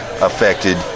Affected